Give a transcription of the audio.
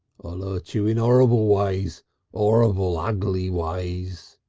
i'll urt you in orrible ways orrible, ugly ways.